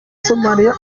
somaliya